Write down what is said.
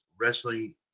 Wrestling